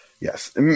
Yes